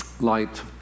Light